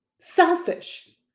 selfish